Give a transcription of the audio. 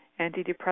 antidepressants